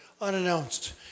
unannounced